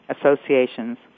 associations